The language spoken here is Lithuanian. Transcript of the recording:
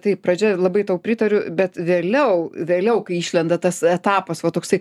taip pradžia labai tau pritariu bet vėliau vėliau kai išlenda tas etapas va toksai